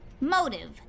Motive